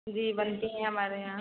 जी बनती हैं हमारे यहाँ